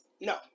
No